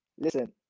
Listen